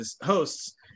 hosts